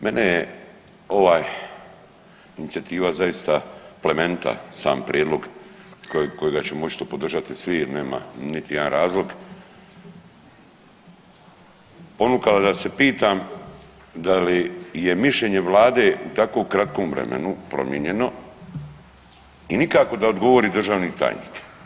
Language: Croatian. Mene je ovaj inicijativa zaista plemenita, sam prijedlog kojega ćemo moći to podržati svi jer nema niti jedan razlog, ponukala da se pitam da li je mišljenje vlade u tako kratkom vremenu promijenjeno i nikako da odgovori državni tajnik.